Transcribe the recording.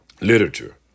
literature